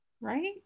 Right